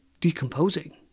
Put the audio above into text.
decomposing